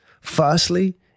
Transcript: Firstly